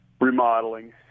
remodeling